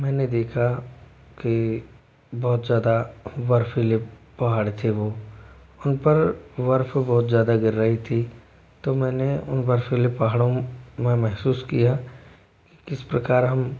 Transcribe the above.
मैंने देखा कि बहुत ज़्यादा बर्फीले पहाड़ थे वह उन पर बर्फ बहुत ज़्यादा गिर रही थी तो मैंने उन बर्फीले पहाड़ों में महसूस किया किस प्रकार हम